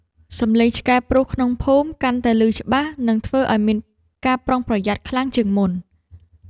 សំឡេងឆ្កែព្រុសក្នុងភូមិ កាន់តែឮច្បាស់ និងធ្វើឱ្យមានការប្រុងប្រយ័ត្នខ្លាំងជាងមុន។